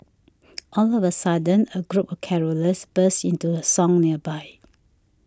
all of a sudden a group of carollers burst into a song nearby